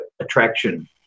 attraction